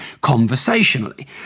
conversationally